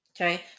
Okay